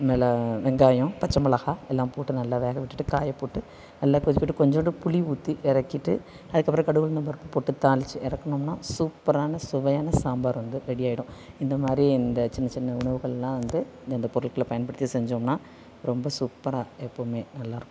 மிள வெங்காயம் பச்சை மிளகாய் எல்லாம் போட்டு நல்லா வேக விட்டுட்டு காயை போட்டு நல்லா கொதிக்கட்டு கொஞ்சூண்டு புளி ஊற்றி இறக்கிட்டு அதுக்கு அப்புறம் கடுகு உளுந்தம் பருப்பு போட்டு தாளித்து இறக்குனோமுன்னா சூப்பரான சுவையான சாம்பார் வந்து ரெடி ஆகிடும் இந்த மாதிரி இந்த சின்ன சின்ன உணவுகளெலாம் வந்து இந்த இந்த பொருட்களை பயன்படுத்தி செஞ்சோமுன்னால் ரொம்ப சூப்பராக எப்போவுமே நல்லா இருக்கும்